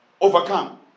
overcome